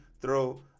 throw